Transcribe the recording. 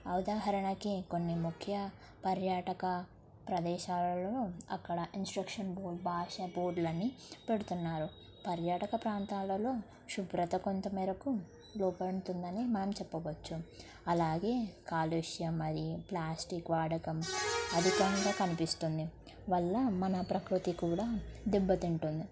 ఉదాహరణకి కొన్ని ముఖ్య పర్యాటక ప్రదేశాలలో అక్కడ ఇన్స్ట్రక్షన్ బోర్డ్ భాష బోర్డ్లని పెడుతున్నారు పర్యాటక ప్రాంతాలలో శుభ్రత కొంత మేరకు లోపడుతుందని మనం చెప్పవచ్చు అలాగే కాలుష్యం మరి ప్లాస్టిక్ వాడకం అధికంగా కనిపిస్తుంది వల్ల మన ప్రకృతి కూడా దెబ్బతింటుంది